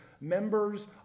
members